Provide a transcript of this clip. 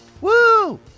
Woo